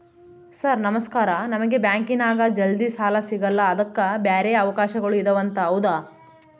Sir ನಮಸ್ಕಾರ ನಮಗೆ ಬ್ಯಾಂಕಿನ್ಯಾಗ ಜಲ್ದಿ ಸಾಲ ಸಿಗಲ್ಲ ಅದಕ್ಕ ಬ್ಯಾರೆ ಅವಕಾಶಗಳು ಇದವಂತ ಹೌದಾ?